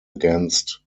against